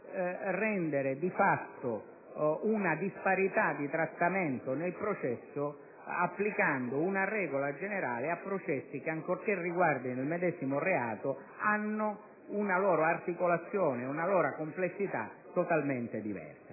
costituire di fatto una disparità di trattamento nel processo applicando una regola generale a processi che, ancorché riguardino il medesimo reato, hanno una loro articolazione e una loro complessità totalmente diverse.